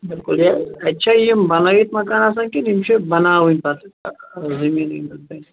بلُکل یہِ اَتہِ چھا یِم بَنٲوِتھ مکان آسان کِنہٕ یِم چھِ بناوٕنۍ پَتہٕ زٔمیٖن